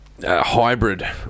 Hybrid